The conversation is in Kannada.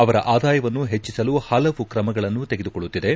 ಅವರ ಆದಾಯವನ್ನು ಹೆಚ್ಚಿಸಲು ಹಲವು ಕ್ರಮಗಳನ್ನು ತೆಗೆದುಕೊಳ್ಳುತ್ತಿದೆ